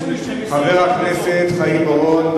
חבר הכנסת חיים אורון,